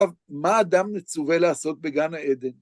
מה אדם מצווה לעשות בגן העדן?